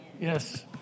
Yes